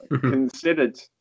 considered